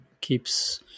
keeps